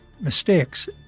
mistakes